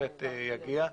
בהחלט אגיע.